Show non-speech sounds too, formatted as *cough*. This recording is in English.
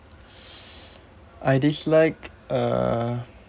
*breath* I dislike uh